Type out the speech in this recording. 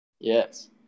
Yes